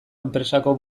enpresako